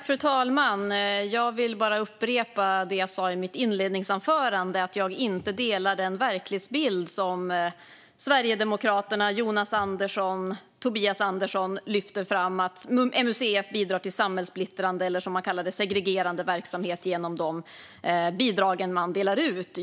Fru talman! Jag vill bara upprepa det som jag sa i mitt inledningsanförande, att jag inte delar den verklighetsbild som Sverigedemokraterna Jonas Andersson och Tobias Andersson lyfter fram om att MUCF bidrar till samhällssplittrande eller, som man kallar det, segregerande verksamhet genom de bidrag som man delar ut.